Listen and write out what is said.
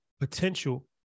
potential